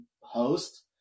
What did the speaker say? host